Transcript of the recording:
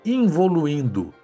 involuindo